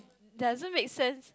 doesn't make sense